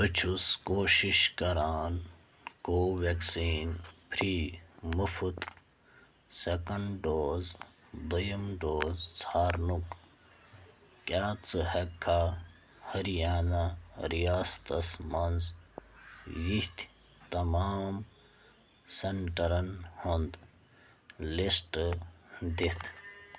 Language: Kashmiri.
بہٕ چھُس کوٗشِش کَران کو وٮ۪کسیٖن فِرٛی مُفت سٮ۪کنٛڈ ڈوز دوٚیِم ڈوز ژھارنُک کیٛاہ ژٕ ہٮ۪کہٕ کھا ہریانہ رِیاستس منٛز یِتھۍ تمام سٮ۪نٛٹَرَن ہُنٛد لِسٹ دِتھ